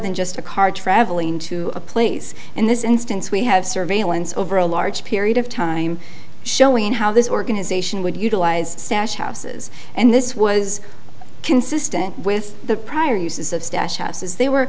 than just a car traveling to a place in this instance we have surveillance over a large period of time showing how this organization would utilize stash houses and this was consistent with the prior uses of stash houses they were